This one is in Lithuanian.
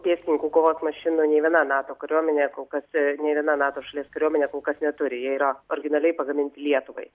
pėstininkų kovos mašinų nei viena nato kariuomenė kol kas nei viena nato šalies kariuomenė kol kas neturi jie yra originaliai pagaminti lietuvai